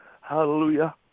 Hallelujah